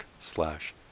slash